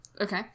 Okay